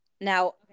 now